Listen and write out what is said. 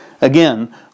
Again